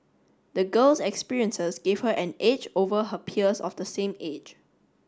the girl's experiences gave her an edge over her peers of the same age